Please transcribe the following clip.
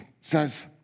says